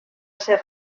ser